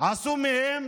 עשו מהם